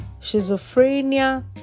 schizophrenia